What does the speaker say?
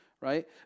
right